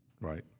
right